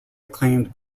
acclaimed